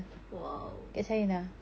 !wow!